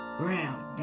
ground